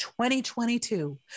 2022